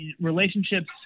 relationships